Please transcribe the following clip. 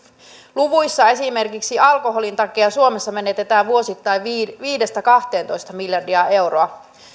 luvuissa esimerkiksi alkoholin takia suomessa menetetään vuosittain viisi viiva kaksitoista miljardia euroa